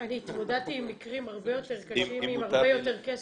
אני התמודדתי עם מקרים הרבה יותר קשים עם הרבה יותר כסף.